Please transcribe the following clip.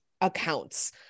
accounts